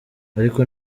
ariko